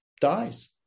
dies